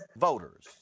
voters